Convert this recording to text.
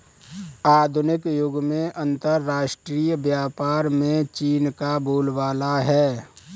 आधुनिक युग में अंतरराष्ट्रीय व्यापार में चीन का बोलबाला है